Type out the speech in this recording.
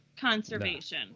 conservation